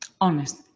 Honest